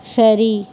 சரி